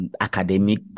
Academic